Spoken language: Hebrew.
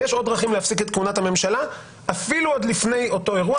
יש עוד דרכים להפסיק את כהונת הממשלה אפילו עוד לפני אותו אירוע,